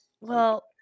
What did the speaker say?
Well-